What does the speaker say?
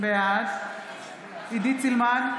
בעד עידית סילמן,